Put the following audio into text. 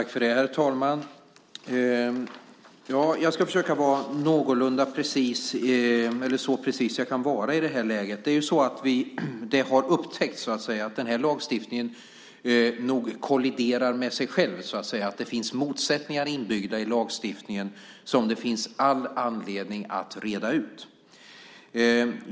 Herr talman! Jag ska försöka vara någorlunda precis, eller så precis som jag kan vara i det här läget. Det är ju så att det har upptäckts att den här lagstiftningen nog kolliderar med sig själv, så att säga, att det finns motsättningar inbyggda i lagstiftningen som det finns all anledning att reda ut.